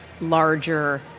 larger